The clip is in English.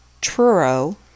Truro